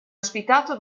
ospitato